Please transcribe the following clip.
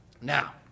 Now